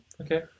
Okay